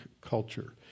culture